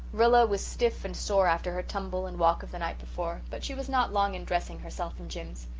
rilla was stiff and sore after her tumble and walk of the night before but she was not long in dressing herself and jims.